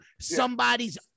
somebody's